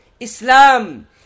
Islam